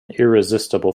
irresistible